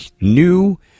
new